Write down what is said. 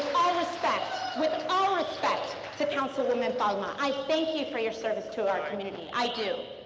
all respect with all respect to councilwoman palma, i thank you for your service to our community. i do.